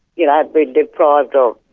you know, being deprived of